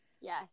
Yes